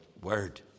word